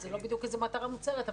זה לא בדיוק איזה מטרה מוצהרת,